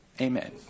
Amen